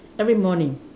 every morning